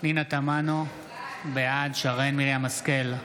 פנינה תמנו, בעד שרן מרים השכל,